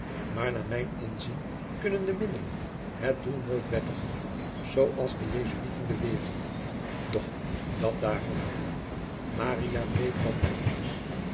maar naar mijn inzien kunnen de middelen het doel nooit wettigen zoo als de jesuiten beweeren doch dat daargelaten maria bleef dan bij ons